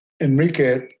Enrique